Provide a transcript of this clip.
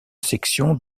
section